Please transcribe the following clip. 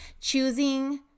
Choosing